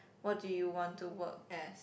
what do you want to work as